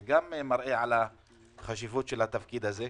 זה גם מראה על חשיבות התפקיד הזה.